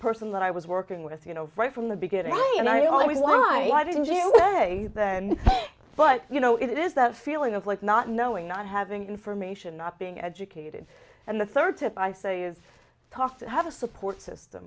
person that i was working with you know right from the beginning and i always wonder why didn't you say but you know it is that feeling of like not knowing not having information not being educated and the third tip i say is tough and have a support system